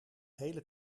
hele